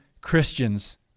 Christians